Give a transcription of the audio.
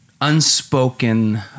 unspoken